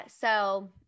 so-